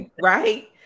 right